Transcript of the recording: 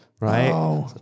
Right